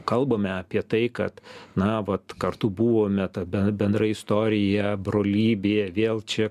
kalbame apie tai kad na vat kartu buvome tada bendra istorija brolybė vėl čia